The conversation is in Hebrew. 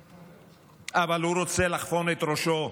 אבל הוא רוצה לחפון את ראשו,